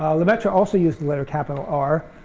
lemaitre also used the letter capital r,